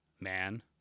Man